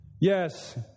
Yes